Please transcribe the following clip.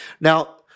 Now